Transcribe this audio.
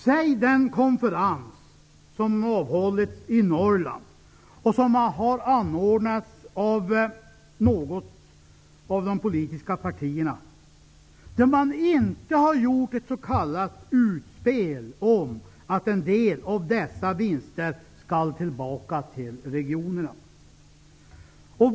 Säg den konferens som har ägt rum i Norrland och som har anordnats av något av de politiska partierna, där man inte har gjort ett s.k. utspel om att en del av dessa vinster skall tillbaka till regionerna.